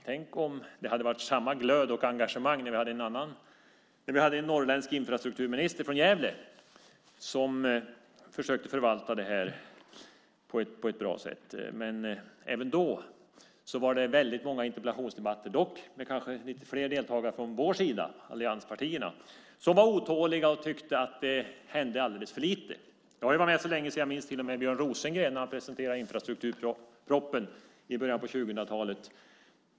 Tänk om det hade varit samma glöd och engagemang när vi hade en norrländsk infrastrukturminister från Gävle som försökte förvalta detta på ett bra sätt. Även då var det väldigt många interpellationsdebatter, dock kanske med något fler deltagare från vår sida, från oss som nu tillhör allianspartierna. Vi var otåliga och tyckte att alldeles för lite hände. Jag har varit med så länge att jag till och med minns när Björn Rosengren i början av 2000-talet presenterade sin infrastrukturproposition.